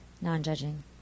non-judging